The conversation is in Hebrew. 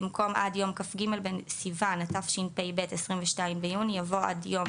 במקום "עד יום כ"ג בסיון התשפ"ב (22 ביוני 2022)" יבוא "עד יום